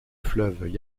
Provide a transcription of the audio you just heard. fleuve